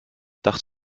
dacht